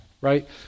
right